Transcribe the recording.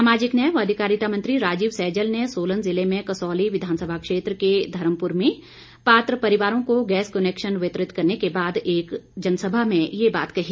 सामाजिक न्याय व अधिकारिता मंत्री राजीव सैजल ने सोलन जिले में कसौली विधानसभा क्षेत्र के धर्मपुर में पात्र परिवारों को गैस कनेक्शन वितरित करने के बाद आज एक जनसभा में यह बात कही